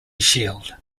shield